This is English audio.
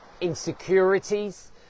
insecurities